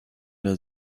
der